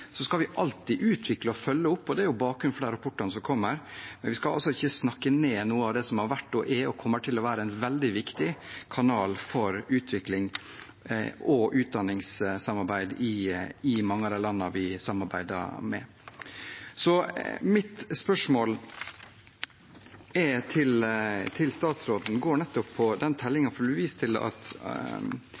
skal alltid utvikle og følge opp – det er bakgrunnen for de rapportene som kommer – men vi skal ikke snakke ned noe av det som er, har vært og kommer til å være en veldig viktig kanal for utviklings- og utdanningssamarbeid i mange av de landene vi samarbeider med. Mitt spørsmål til statsråden går på telling. Det blir vist til at